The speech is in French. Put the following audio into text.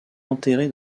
enterré